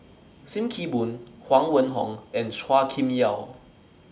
SIM Kee Boon Huang Wenhong and Chua Kim Yeow